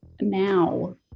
now